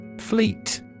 Fleet